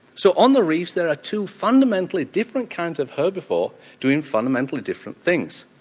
so on the reefs there are two fundamentally different kinds of herbivore doing fundamentally different things.